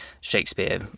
Shakespeare